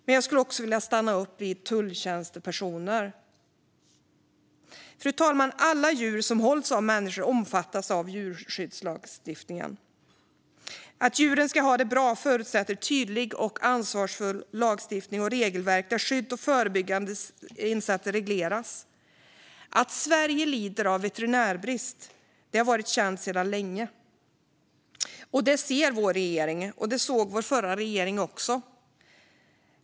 Men jag skulle också vilja stanna upp vid tulltjänstepersoner. Fru talman! Alla djur som hålls av människor omfattas av djurskyddslagstiftningen. Att djuren ska ha det bra förutsätter tydlig och ansvarsfull lagstiftning och regelverk där skydd och förebyggande insatser regleras. Att Sverige lider av veterinärbrist har varit känt sedan länge. Och det ser vår regering, och det såg vår förra regering också.